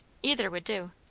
either would do.